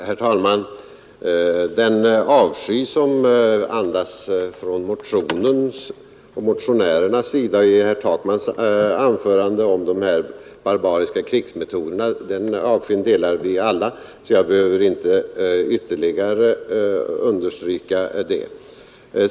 Herr talman! Den avsky som andas från motionens och motionärernas sida och från herr Takmans anförande om de här barbariska krigsmetoderna, den avskyn delar vi alla. Jag behöver inte ytterligare understryka det.